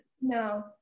No